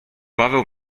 paweł